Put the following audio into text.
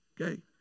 okay